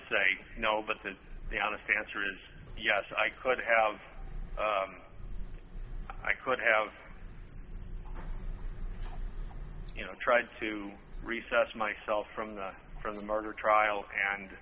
say no but then the honest answer is yes i could have i could have you know tried to recess myself from the from the murder trial and